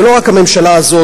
זה לא רק הממשלה הזאת,